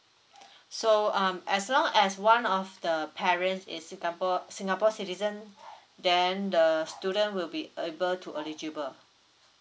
so um as long as one of the parents is singapore singapore citizen then the student will be able to eligible